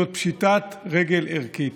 זאת פשיטת רגל ערכית.